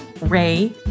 Ray